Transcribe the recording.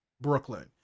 brooklyn